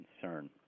concern